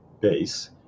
base